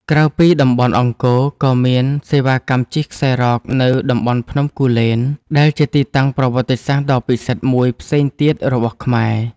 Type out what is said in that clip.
ក្រៅពីតំបន់អង្គរ ក៏មានសេវាកម្មជិះខ្សែរ៉កនៅតំបន់ភ្នំគូលែន ដែលជាទីតាំងប្រវត្តិសាស្ត្រដ៏ពិសិដ្ឋមួយផ្សេងទៀតរបស់ខ្មែរ។